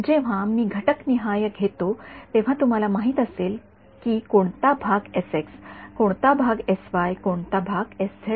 जेव्हा मी घटक निहाय घेतो तेव्हा तुम्हाला माहित असेल की कोणता भाग कोणता भाग कोणता भाग आहे